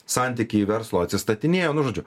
santykiai verslo atstatinėjo nu žodžiu